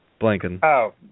Blanken